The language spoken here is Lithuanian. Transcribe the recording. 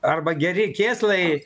arba geri kėslai